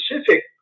specific